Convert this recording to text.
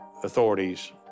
authorities